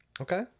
Okay